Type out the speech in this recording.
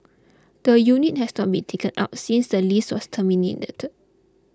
the unit has not been taken up since the lease was terminated